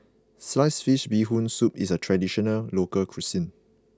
Sliced Fish Bee Hoon Soup is a traditional local cuisine